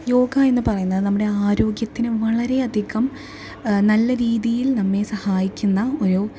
യോഗ എന്ന് പറയുന്നത് നമ്മുടെ ആരോഗ്യത്തിന് വളരെ അധികം നല്ല രീതിയിൽ നമ്മെ സഹായിക്കുന്ന ഒരു